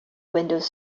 windows